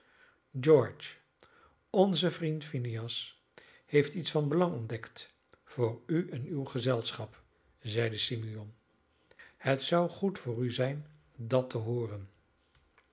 george onze vriend phineas heeft iets van belang ontdekt voor u en uw gezelschap zeide simeon het zou goed voor u zijn dat te hooren